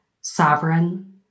sovereign